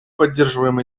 поддерживаем